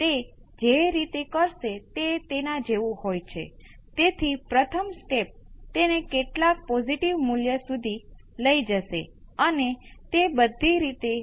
તેથી સમગ્ર પ્રતિભાવ હજુ પણ 0 પર જાય છે તેથી આ ઘટના રેઝોનેટ છે તે અહીં બહુ સ્પષ્ટ નથી